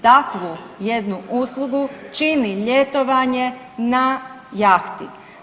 Takvu jednu uslugu čini ljetovanje na jahti.